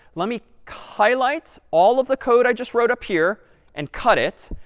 let me highlight all of the code i just wrote up here and cut it.